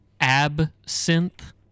Absinthe